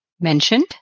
mentioned